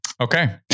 Okay